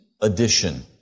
addition